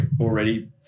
already